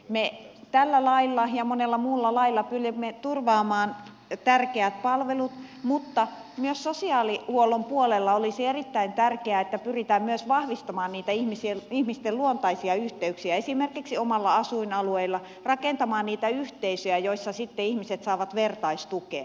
me tällä lailla ja monella muulla lailla pyrimme turvaamaan tärkeät palvelut mutta myös sosiaalihuollon puolella olisi erittäin tärkeää että pyritään myös vahvistamaan niitä ihmisten luontaisia yhteyksiä esimerkiksi omalla asuinalueella rakentamaan niitä yhteisöjä joissa sitten ihmiset saavat vertaistukea